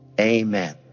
Amen